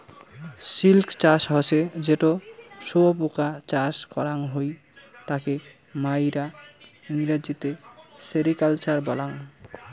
silk চাষ হসে যেটো শুয়োপোকা চাষ করাং হই তাকে মাইরা ইংরেজিতে সেরিকালচার বলাঙ্গ